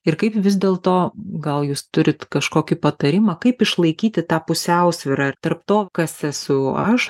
ir kaip vis dėl to gal jūs turit kažkokį patarimą kaip išlaikyti tą pusiausvyrą ir tarp to kas esu aš